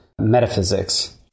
metaphysics